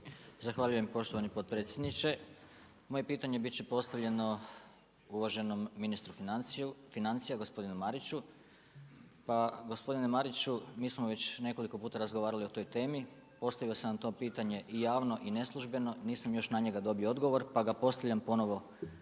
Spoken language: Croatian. Zahvaljujem poštovani potpredsjedniče. Moje pitanje bit će postavljeno uvaženom ministru financija, gospodinu Mariću. Pa gospodine Mariću mi smo već nekoliko puta razgovarali o toj temi. Postavio sam vam to pitanje i javno i neslužbeno. Nisam još na njega dobio odgovor, pa ga postavljam ponovo